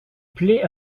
plaît